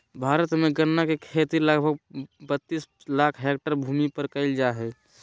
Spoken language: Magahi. भारत में गन्ना के खेती लगभग बत्तीस लाख हैक्टर भूमि पर कइल जा हइ